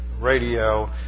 radio